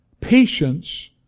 Patience